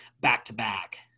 back-to-back